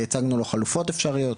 הצגנו לו חלופות אפשריות,